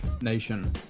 Nation